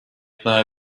ikna